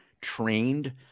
trained